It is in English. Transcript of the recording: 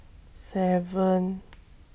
seven